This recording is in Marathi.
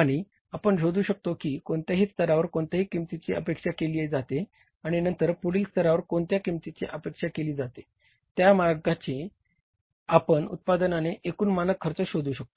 आणि आपण शोधू शकतो की कोणत्या स्तरावर कोणत्या किंमतीची अपेक्षा केली जाते आणि नंतर पुढील स्तरावर कोणत्या किंमतीची अपेक्षा केली जाते त्या मार्गाने आपण उत्पादनाचा एकूण मानक खर्च शोधू शकतो